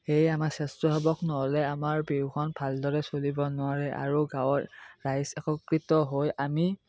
সেয়ে আমাৰ স্বেচ্ছাসেৱক নহ'লে আমাৰ বিহুখন ভালদৰে চলিব নোৱাৰে আৰু গাঁৱৰ ৰাইজ একত্ৰিত হৈ আমি